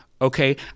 okay